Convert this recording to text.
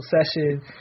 session